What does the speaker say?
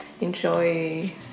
enjoy